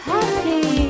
Happy